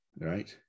right